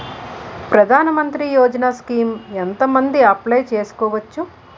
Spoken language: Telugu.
ప్రధాన మంత్రి యోజన స్కీమ్స్ ఎంత మంది అప్లయ్ చేసుకోవచ్చు?